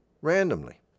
randomly